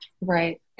right